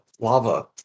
lava